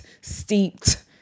steeped